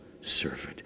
servant